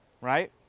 right